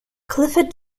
clifford